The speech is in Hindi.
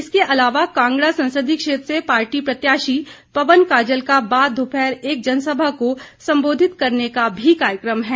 इसके अलावा कांगड़ा संसदीय क्षेत्र से पार्टी प्रत्याशी पवन काजल का बाद दोपहर एक जनसभा को भी संबोधित करने का कार्यक्रम है